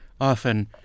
often